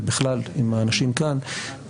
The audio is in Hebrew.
ובכלל עם האנשים כאן,